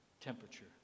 temperature